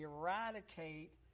eradicate